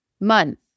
month